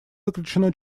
заключено